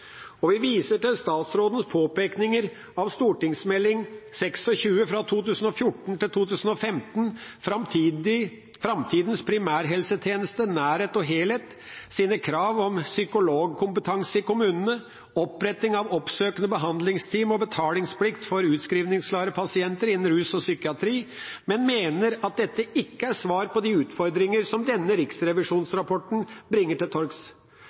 Vi viser til statsrådens påpekninger av Meld. St. 26 for 2014–2015, Fremtidens primærhelsetjeneste – nærhet og helhets krav om psykologkompetanse i kommunene, oppretting av oppsøkende behandlingsteam og betalingsplikt for utskrivningsklare pasienter innen rus- og psykiatri, men mener at dette ikke er svar på de utfordringer som denne riksrevisjonsrapporten bringer til